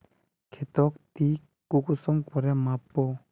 खेतोक ती कुंसम करे माप बो?